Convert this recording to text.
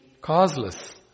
causeless